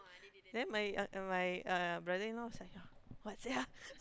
then my uh and my uh brother in law was like ya what's that ah